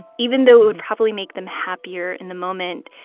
even though it would probably make them happier in the moment.